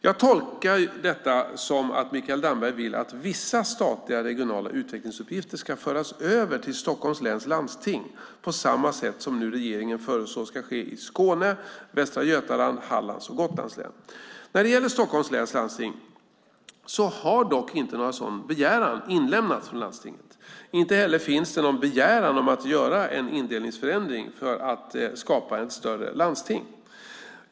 Jag tolkar detta som att Mikael Damberg vill att vissa statliga regionala utvecklingsuppgifter bör föras över till Stockholms läns landsting på samma sätt som nu regeringen föreslår ska ske i Skåne, Västra Götaland, Hallands och Gotlands län. När det gäller Stockholms läns landsting har dock inte någon sådan begäran inlämnats från landstinget. Inte heller finns det någon begäran om att göra en indelningsförändring för att skapa ett större landsting.